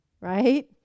right